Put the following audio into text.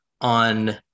on